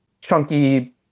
chunky